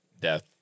death